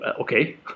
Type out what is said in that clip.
okay